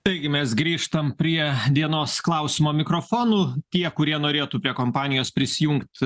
taigi mes grįžtam prie dienos klausimo mikrofonų tie kurie norėtų prie kompanijos prisijungt